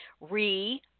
re